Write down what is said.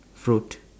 fruit